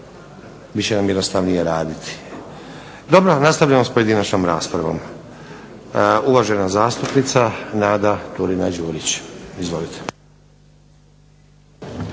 će nam jednostavnije raditi. Dobro, nastavljamo sa raspravom, uvažena zastupnica Nada Turina Đurić. Izvolite.